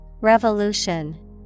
Revolution